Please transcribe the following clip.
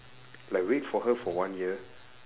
like wait for her for one year